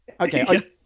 Okay